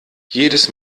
jedes